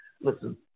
Listen